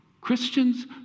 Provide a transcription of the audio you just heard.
Christians